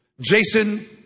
Jason